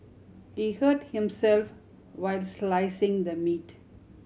he hurt himself while slicing the meat